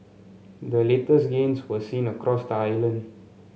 the latest gains were seen across the island